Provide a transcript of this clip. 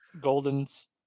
Golden's